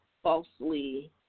falsely